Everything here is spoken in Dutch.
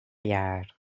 jaar